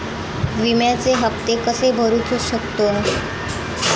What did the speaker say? विम्याचे हप्ते कसे भरूचो शकतो?